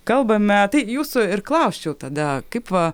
kalbame tai jūsų ir klausčiau tada kaip va